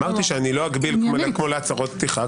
אמרתי שאני לא אגביל כמו להצהרות פתיחה,